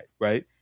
right